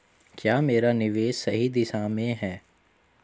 क्या मेरा निवेश सही दिशा में है?